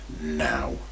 now